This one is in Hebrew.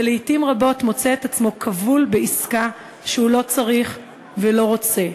ולעתים רבות מוצא את עצמו כבול בעסקה שהוא לא צריך ולא רוצה.